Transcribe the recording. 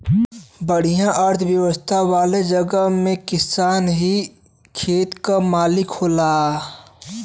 बढ़िया अर्थव्यवस्था वाले जगह में किसान ही खेत क मालिक होला